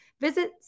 visit